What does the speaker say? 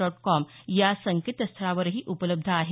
dot com या संकेतस्थळावरही उपलब्ध आहे